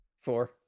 Four